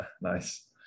Nice